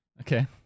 Okay